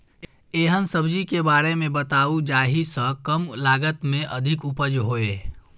एहन सब्जी के बारे मे बताऊ जाहि सॅ कम लागत मे अधिक उपज होय?